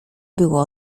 było